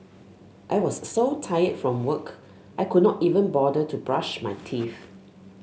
I was so tired from work I could not even bother to brush my teeth